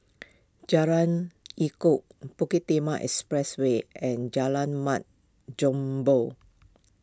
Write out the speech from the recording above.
Jalan Elok Bukit Timah Expressway and Jalan Mat Jambol